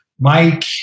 Mike